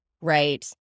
Right